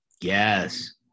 yes